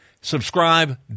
Subscribe